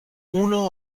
uno